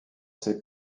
ses